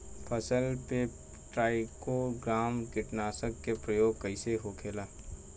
फसल पे ट्राइको ग्राम कीटनाशक के प्रयोग कइसे होखेला?